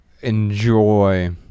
enjoy